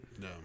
No